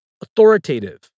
Authoritative